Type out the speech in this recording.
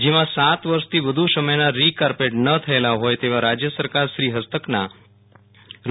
જેમાં સાત વર્ષથી વધુ સમયના રીકાર્પેટ ન થયેલા હોય તેવા રાજયસરકારશ્રી હસ્તકના રૂ